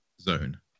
zone